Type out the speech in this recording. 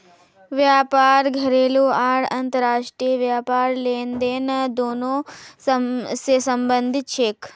व्यापार घरेलू आर अंतर्राष्ट्रीय व्यापार लेनदेन दोनों स संबंधित छेक